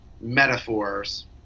metaphors